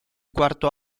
quarto